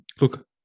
Look